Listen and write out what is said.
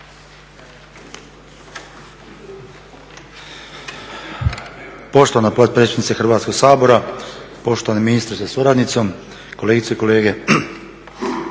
Poštovana potpredsjednice Hrvatskoga sabora, poštovani ministre sa suradnicom, kolegice i kolege.